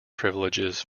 privileges